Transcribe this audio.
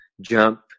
jump